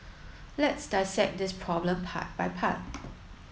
let's dissect this problem part by part